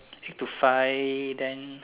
eight to five then